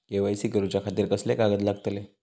KYC करूच्या खातिर कसले कागद लागतले?